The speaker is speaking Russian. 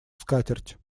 скатерть